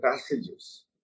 passages